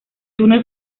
túnel